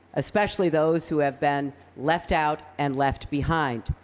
especially those who have been left out and left behind.